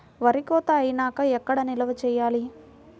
వరి కోత అయినాక ఎక్కడ నిల్వ చేయాలి?